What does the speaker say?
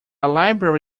library